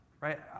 right